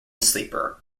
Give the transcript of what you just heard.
sleeper